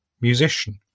musician